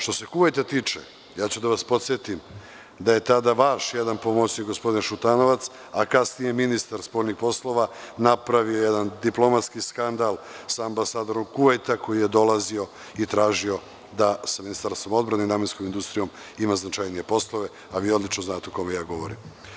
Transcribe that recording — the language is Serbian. Što se Kuvajta tiče, podsetiću vas da je tada vaš jedan pomoćnik, gospodin Šutanovac, a kasnije ministar spoljnih poslova, napravio jedan diplomatski skandal sa ambasadorom Kuvajta koji je dolazio i tražio da sa Ministarstvom odbrane i namenskom industrijom ima značajnije poslove, a vi odlično znate o kome govorim.